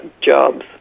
jobs